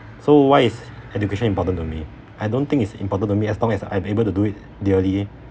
so why is education important to me I don't think it's important to me as long as I'm able to do it daily